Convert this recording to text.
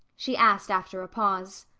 she asked after a pause.